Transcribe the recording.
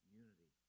unity